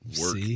work